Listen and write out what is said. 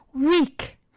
weak